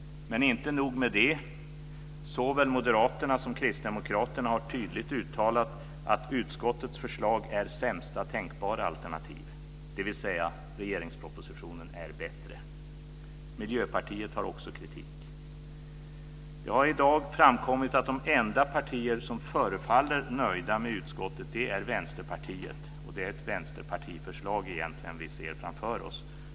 Men det är inte nog med det. Såväl Moderaterna som Kristdemokraterna har tydligt uttalat att utskottets förslag är det sämsta tänkbara alternativet, dvs. regeringspropositionen är bättre. Miljöpartiet har också kritik. Det har i dag framkommit att det enda parti som förefaller vara nöjt med utskottet är Vänsterpartiet, och det är egentligen ett vänsterpartiförslag vi ser framför oss.